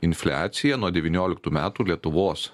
infliaciją nuo devynioliktų metų lietuvos